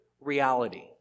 reality